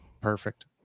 Perfect